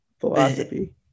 philosophy